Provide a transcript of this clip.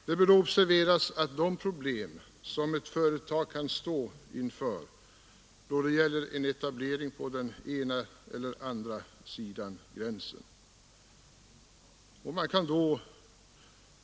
Man bör observera de problem som ett företag kan stå inför då det gäller en etablering på den ena eller andra sidan gränsen.